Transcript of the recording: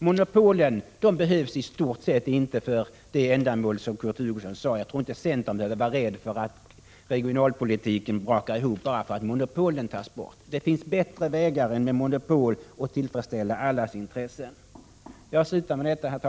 Monopolen behövs i stort sett inte för de ändamål som Kurt Hugosson nämnde. Jag tror inte heller att centern behöver vara rädd för att regionalpolitiken brakar ihop bara för att monopolen tas bort. Det finns bättre vägar än monopol för att tillfredsställa allas intressen. Herr talman! Jag slutar med detta.